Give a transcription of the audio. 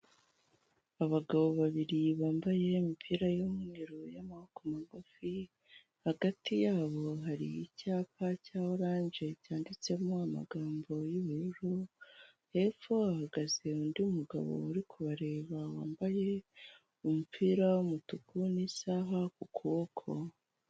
Abagabo babiri bambaye imipira y'umweru y'amaboko magufi, hagati yabo hari icyapa cya orange cyanditsemo amagambo y'ubururu. Hepfo hahagaze undi mugabo uri kubareba wambaye umupira w'umutuku n'isaha ku kuboko.